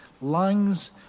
lungs